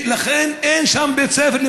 ואין שם בית ספר,